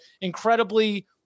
incredibly